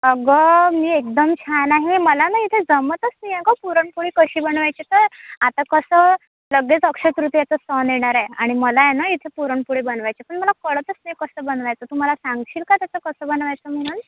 अगं मी एकदम छान आहे मला ना इथे जमतच नाही आहे ग पुरणपोळी कशी बनवायची तर आता कसं लगेच अक्षयतृतीयेचा सण येणार आहे आणि मला आहे ना इथे पुरणपोळी बनवायची आहे पण मला कळतच नाही आहे कसं बनवायचं तू मला सांगशील का तसं कसं बनवायचं म्हणून